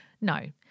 no